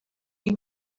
you